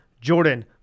Jordan